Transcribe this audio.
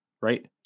right